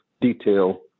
detail